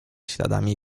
śladami